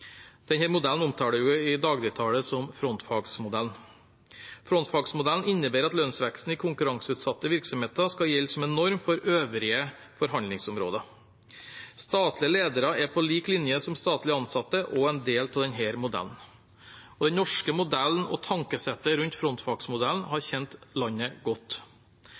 modellen omtaler vi i dagligtale som frontfagsmodellen. Frontfagsmodellen innebærer at lønnsveksten i konkurranseutsatte virksomheter skal gjelde som en norm for øvrige forhandlingsområder. Statlige ledere er på lik linje som statlige ansatte også en del av denne modellen. Den norske modellen og tankesettet rundt frontfagsmodellen har tjent landet godt.